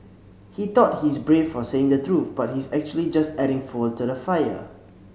he thought he's brave for saying the truth but he's actually just adding fuel to the fire